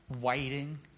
waiting